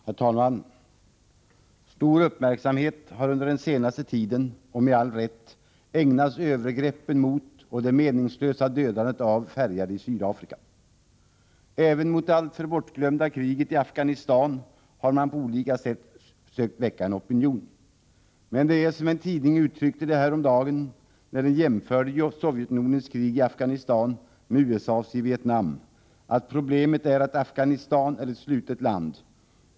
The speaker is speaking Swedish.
Herr talman! Stor uppmärksamhet har under den senaste tiden — och med all rätt — ägnats övergreppen mot och det meningslösa dödandet av färgade i Sydafrika. Även mot det alltför ofta bortglömda kriget i Afghanistan har man på olika sätt sökt väcka en opinion. Men det är — som en tidning uttryckte det häromdagen när den jämförde Sovjetunionens krig i Afghanistan med USA:s i Vietnam — så att ”Problemet är att Afghanistan är ett slutet land”.